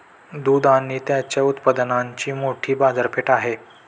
दूध आणि त्याच्या उत्पादनांची मोठी बाजारपेठ आहे